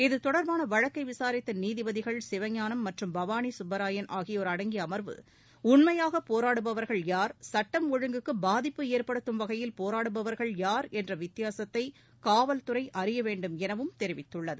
இதுதொடர்பான வழக்கை விசாரித்த நீதிபதிகள் சிவஞானம் மற்றும் பவானி சுப்பராயன் ஆகியோர் அடங்கிய அமர்வு உண்மையாகப் போராடுபவர்கள் யார் சட்டம் ஒழுங்குக்கு பாதிப்பு ஏற்படுத்தும் வகையில் போராடுபவர் யார் என்ற வித்தியாசத்தை காவல்துறை அறிய வேண்டுமெனவும் தெரிவித்துள்ளது